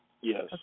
Yes